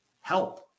help